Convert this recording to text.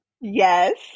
Yes